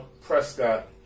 Prescott